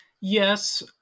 yes